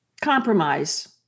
Compromise